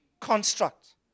construct